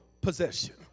possession